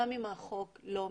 גם אם החוק לא מחייב,